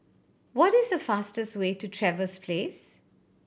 what is the fastest way to Trevose Place